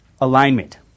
Alignment